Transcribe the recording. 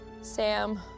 Sam